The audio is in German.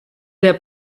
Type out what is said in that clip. der